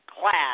class